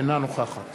אינה נוכחת